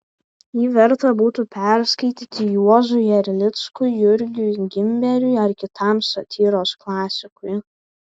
jį verta būtų perskaityti juozui erlickui jurgiui gimberiui ar kitam satyros klasikui